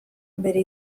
bere